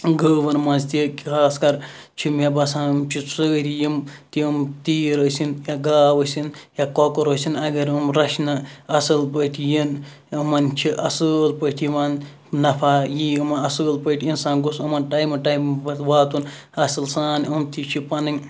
گٲوَن مَنٛز تہِ خاص کَر چھِ مےٚ باسان یِم چھِ سٲری یِم تِم تیٖر ٲسِن یا گاو ٲسِن یا کۄکُر ٲسِن اَگَر نہٕ یم رَچھنہٕ اَصل پٲٹھۍ یِن یِمَن چھِ اَصٕل پٲٹھۍ یِوان نَفَع یِیہِ اُمَن اَصۭل پٲٹھۍ اِنسان گوٚژھ یِمَن ٹایمہٕ ٹایمہٕ پَتہٕ واتُن اَصل سان یِم تہِ چھِ پَنٕنۍ